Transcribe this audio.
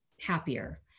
happier